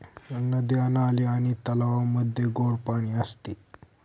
नद्या, नाले आणि तलावांमध्ये गोड पाणी असते